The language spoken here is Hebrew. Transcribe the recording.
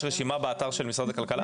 יש רשימה באתר של משרד הכלכלה?